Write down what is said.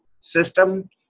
System